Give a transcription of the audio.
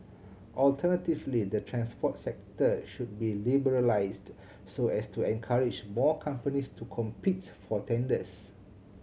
alternatively the transport sector shall be liberalised so as to encourage more companies to compete for tenders